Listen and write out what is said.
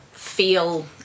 Feel